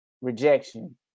Rejection